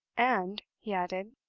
and, he added,